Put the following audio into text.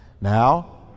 Now